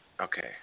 Okay